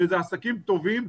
ואלה עסקים טובים,